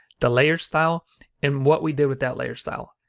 the layer style and what we did with that layer style.